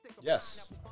Yes